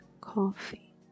coffee